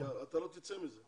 כי אתה לא תצא מזה.